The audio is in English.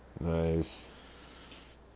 Nice